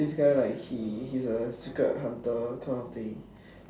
this guy like he's a secret hunter kind of thing